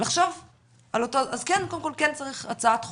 אז קודם כל כן צריך הצעת חוק,